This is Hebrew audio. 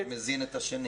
אחד מזין את השני.